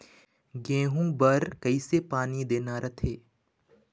गेहूं बर कइसे पानी देना रथे?